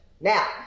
Now